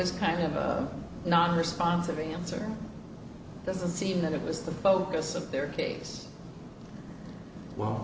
as kind of a not responsive answer doesn't seem that it was the focus of their case well